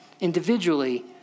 Individually